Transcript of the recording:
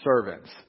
servants